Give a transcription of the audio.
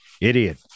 idiot